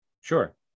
Sure